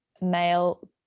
male